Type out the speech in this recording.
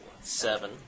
Seven